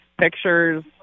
pictures